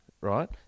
right